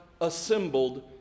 assembled